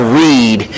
read